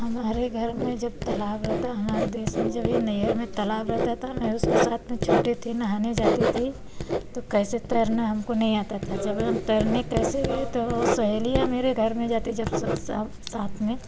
हमारे घर में जब तलाब रहता हमारे देश में जब ये नहिअर में तलाब रहता था मैं उसके साथ में छोटी थी नहाने जाती थी कैसे तैरना हमको नहीं आता था जब हम तैरने कैसे तो सहेलियाँ मेरे घर में जाती जब सब साथ में